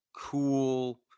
cool